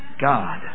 God